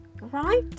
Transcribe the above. right